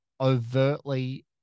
overtly